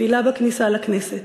תפילה בכניסה לכנסת: